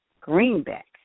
Greenback